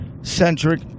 Centric